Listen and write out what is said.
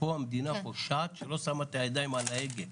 כאן המדינה פושעת שלא שמה את הידיים על ההגה.